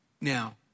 Now